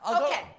Okay